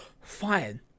fine